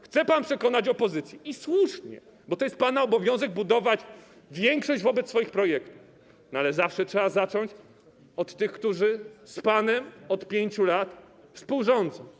Chce pan przekonać opozycję i słusznie, bo to jest pana obowiązek budować większość w odniesieniu do swoich projektów, ale zawsze trzeba zacząć od tych, którzy z panem od 5 lat współrządzą.